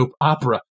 opera